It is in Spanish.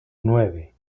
nueve